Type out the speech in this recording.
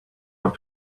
want